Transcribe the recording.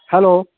hello